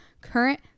current